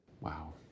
Wow